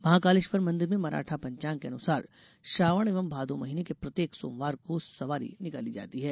महाकालेश्वर मंदिर में मराठा पांचांग के अनुसार श्रावण एवं भादौ महीने के प्रत्येक सोमवार को सवारी निकाली जाती है